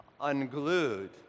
unglued